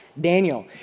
Daniel